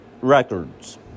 records